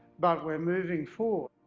but we're moving forward.